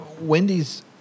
Wendy's